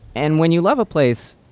and when you love a place,